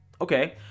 Okay